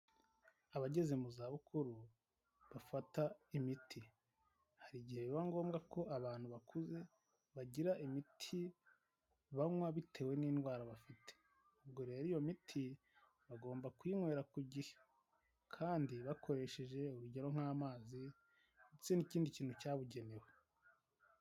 Abageze mu zabukuru bafata imiti, hari igihe biba ngombwa ko abantu bakuze bagira imiti banywa bitewe n'indwara bafite, ubwo rero iyo miti bagomba kuyinywera ku gihe kandi bakoresheje urugero nk'amazi ndetse n'ikindi kintu cyabugenewe.